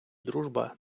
дружба